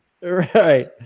Right